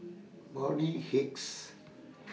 Bonny Hicks